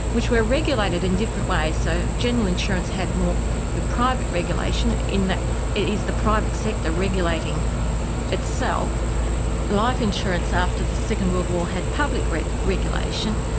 which were regulated in different ways, so general insurance had more the private regulation in that it is the private sector regulating itself life insurance after the second world war had public like regulation,